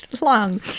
long